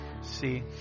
See